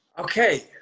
Okay